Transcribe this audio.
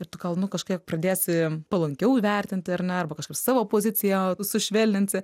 ir gal nu kažkiek pradėsi palankiau vertinti ar ne arba kažkaip savo poziciją sušvelninsi